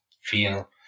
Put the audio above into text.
feel